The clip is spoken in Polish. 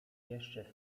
jeszcze